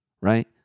right